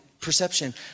perception